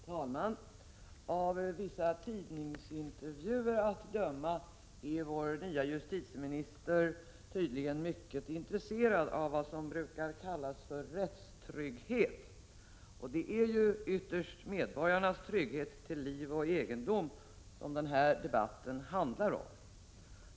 Herr talman! Av vissa tidningsintervjuer att döma är vår nya justitieminister tydligen raycket intresserad av vad som brukar kallas rättstrygghet, och det är ytterst medborgarens trygghet till liv och egendom som den här debatten handlar om.